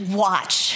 watch